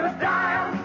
style